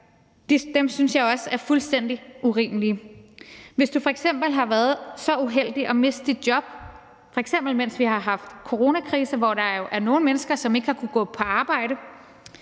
Dem synes jeg også er fuldstændig urimelige. Hvis du f.eks. har været så uheldig at miste dit job, f.eks. mens vi har haft coronakrise, hvor der jo er nogle mennesker, der ikke har kunnet gå på arbejde,